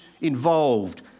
involved